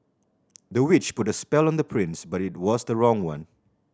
the witch put a spell on the prince but it was the wrong one